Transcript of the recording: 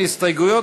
לפני שנצביע,